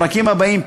הפרקים הבאים,